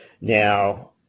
Now